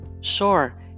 Sure